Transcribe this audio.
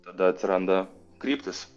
tada atsiranda kryptys